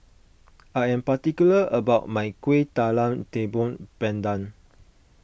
I am particular about my Kueh Talam Tepong Pandan